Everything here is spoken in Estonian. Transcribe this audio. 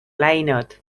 läinud